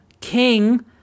King